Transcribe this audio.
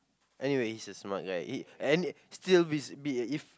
anyways he's a smart guy he and still be be uh if